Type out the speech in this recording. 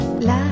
la